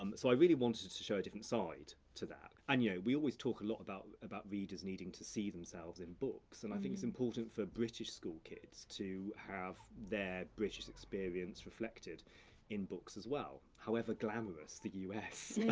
um so i really wanted to to show a different side to that, and yeah, we always talk a lot about about readers needing to see themselves in books, and i think it's important for british schoolkids to have their british experience reflected in as well, however glamorous the u s,